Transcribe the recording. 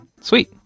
Sweet